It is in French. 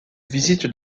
visite